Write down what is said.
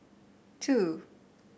two